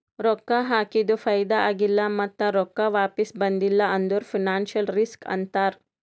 ರೊಕ್ಕಾ ಹಾಕಿದು ಫೈದಾ ಆಗಿಲ್ಲ ಮತ್ತ ರೊಕ್ಕಾ ವಾಪಿಸ್ ಬಂದಿಲ್ಲ ಅಂದುರ್ ಫೈನಾನ್ಸಿಯಲ್ ರಿಸ್ಕ್ ಅಂತಾರ್